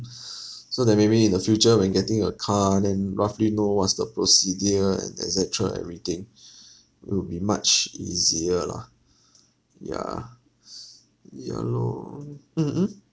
so that maybe in the future when getting a car then roughly know what's the procedure and et cetera everything will be much easier lah yeah ya lor mm mm